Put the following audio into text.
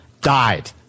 Died